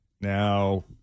Now